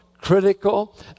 critical